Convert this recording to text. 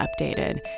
updated